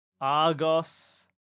Argos